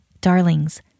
Darlings